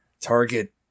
Target